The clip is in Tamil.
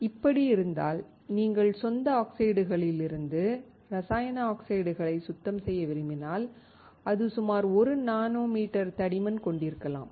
இப்படி இருந்தால் நீங்கள் சொந்த ஆக்சைடுகளிலிருந்து ரசாயன ஆக்சைடுகளை சுத்தம் செய்ய விரும்பினால் அது சுமார் 1 நானோமீட்டர் தடிமன் கொண்டிருக்கலாம்